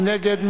מי נגד?